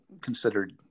considered